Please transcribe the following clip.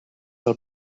del